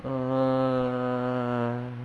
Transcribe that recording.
err um